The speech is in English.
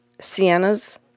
Sienna's